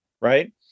right